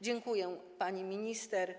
Dziękuję pani minister